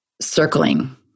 circling